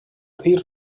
fill